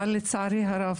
אבל לצערי הרב,